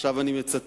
עכשיו אני מצטט,